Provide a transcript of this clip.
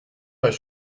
pas